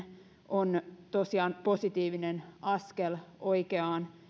on tosiaan positiivinen askel oikeaan